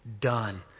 done